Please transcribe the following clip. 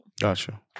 Gotcha